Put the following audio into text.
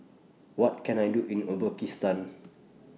What Can I Do in Uzbekistan